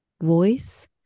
voice